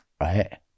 Right